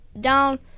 down